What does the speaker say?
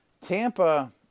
Tampa